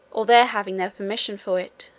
of their having their permission for it.